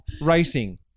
Racing